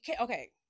okay